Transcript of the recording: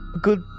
good